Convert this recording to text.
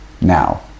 now